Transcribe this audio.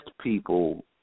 people